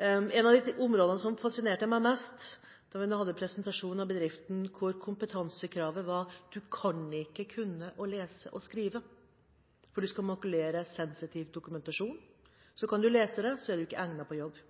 Et av de områdene som fascinerte meg mest da vi nå hadde presentasjon av bedriften hvor kompetansekravet var at «du kan ikke kunne lese og skrive, for du skal makulere sensitiv dokumentasjon». Så kan du lese det, så er du ikke egnet til jobben.